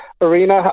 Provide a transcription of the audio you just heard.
arena